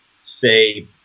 say